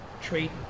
trade